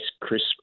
crisp